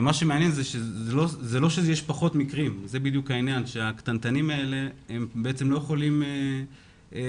מה שמעניין זה שלא שיש פחות מקרים אלא הקטנטנים האלה לא יכולים לדווח,